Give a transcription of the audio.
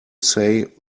say